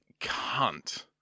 cunt